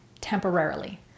temporarily